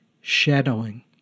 shadowing